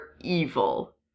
evil